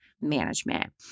management